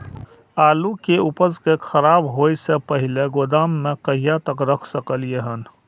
आलु के उपज के खराब होय से पहिले गोदाम में कहिया तक रख सकलिये हन?